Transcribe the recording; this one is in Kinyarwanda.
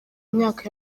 myaka